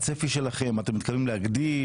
הצפי שלכם, אתם מתכוונים להגדיל?